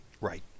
Right